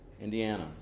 Indiana